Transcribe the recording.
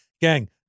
Gang